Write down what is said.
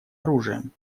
оружием